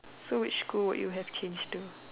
so which school would you have change to